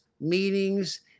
meetings